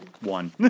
One